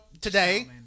today